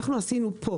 עשינו,